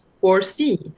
foresee